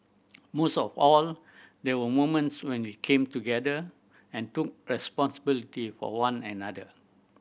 most of all there were moments when we came together and took responsibility for one another